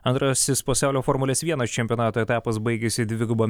antrasis pasaulio formulės vienas čempionato etapas baigėsi dviguba